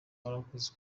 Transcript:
warakoze